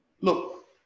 look